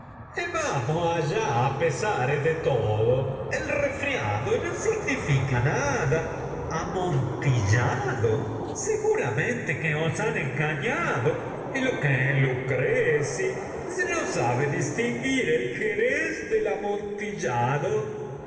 vamos allá a pesar de todo el resfriado no significa nada amontillado seguramente que os han engañado y lo que es luchresi no sabe distinguir el jerez del